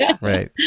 right